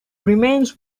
remains